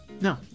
No